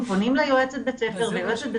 הם פונים ליועצת בית הספר ויועצת בית